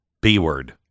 B-word